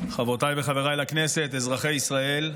חברותיי וחבריי לכנסת, אזרחי ישראל,